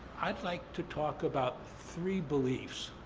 i'd like to talk about three beliefs